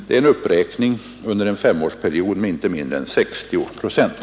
Det är en uppräkning under en femårsperiod med inte mindre än 60 procent.